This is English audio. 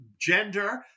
gender